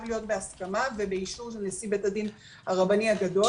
להיות בהסכמה ובאישור של נשיא בית הדין הרבני הגדול,